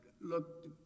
look